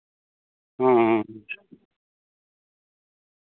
ᱦᱮᱸ